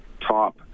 top